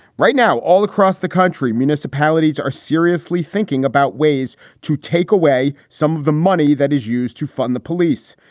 right now, all across the country, municipalities are seriously thinking about ways to take away some of the money that is used to fund the police.